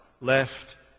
left